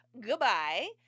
goodbye